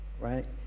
Right